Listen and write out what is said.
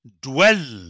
dwell